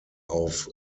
auf